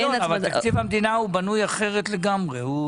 אבל תקציב המדינה בנוי אחרת לגמרי.